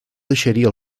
deixaria